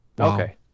Okay